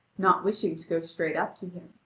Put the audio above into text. not wishing to go straight up to him.